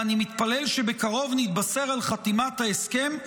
ואני מתפלל שבקרוב נתבשר על חתימת ההסכם,